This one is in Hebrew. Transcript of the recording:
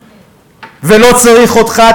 ולא צריך אותך,